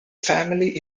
family